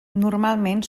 normalment